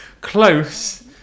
Close